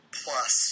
plus